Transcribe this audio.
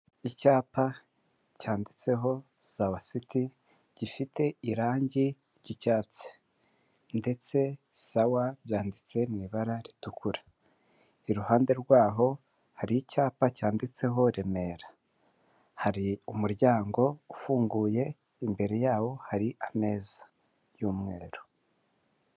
Icyapa cyanditseho sawa siti gifite irange ry'icyatsi ndetse sawa byanditse mu ibara ritukura, iruhande rwaho hari icyapa cyanditseho Remera, hari umuryango ufunguye imbere yabo hari ameza y'umweru.